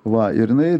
va ir jinai